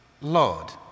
Lord